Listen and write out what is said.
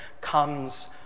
comes